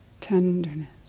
tenderness